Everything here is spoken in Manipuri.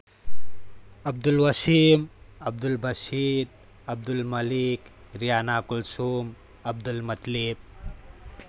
ꯑꯕꯗꯨꯜ ꯋꯁꯤꯝ ꯑꯕꯗꯨꯜ ꯕꯁꯤꯠ ꯑꯕꯗꯨꯜ ꯃꯥꯂꯤꯛ ꯔꯤꯌꯥꯅ ꯀꯨꯜꯁꯨꯝ ꯑꯕꯗꯨꯜ ꯃꯇꯥꯂꯤꯞ